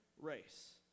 race